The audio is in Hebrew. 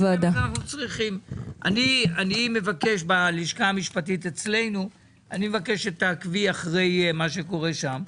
אני מבקש בלשכה המשפטית אצלנו שתעקבי אחרי מה שקורה שם.